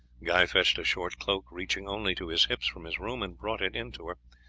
guy fetched a short cloak reaching only to his hips from his room and brought it in to her.